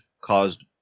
caused